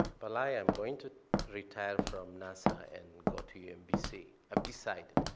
belay, i'm going to retire from nasa and go to yeah umbc. i've decided.